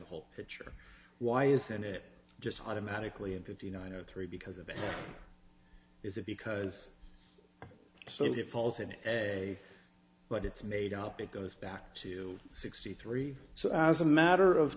the whole picture why isn't it just automatically in fifty nine o three because of it is it because so it falls in a but it's made up it goes back to sixty three so as a matter of